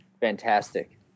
Fantastic